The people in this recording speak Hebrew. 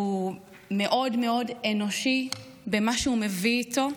הוא מאוד מאוד אנושי במה שהוא מביא איתו.